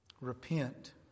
Repent